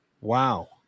Wow